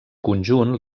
conjunt